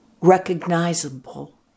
recognizable